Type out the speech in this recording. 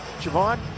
Javon